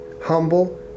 humble